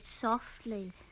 softly